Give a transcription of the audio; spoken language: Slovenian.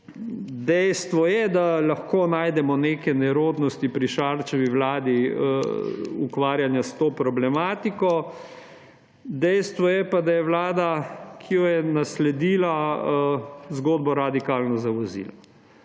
Dejstvo je, da lahko najdemo neke nerodnosti pri Šarčevi vladi ukvarjanja s to problematiko. Dejstvo je, pa da je vlada, ki jo je nasledila, zgodbo radikalno zavozila.